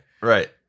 right